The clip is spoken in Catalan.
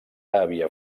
havia